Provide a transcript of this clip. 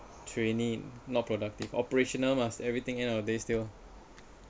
training not productive operational must everything end of day still